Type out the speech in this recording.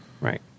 right